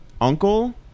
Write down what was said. uncle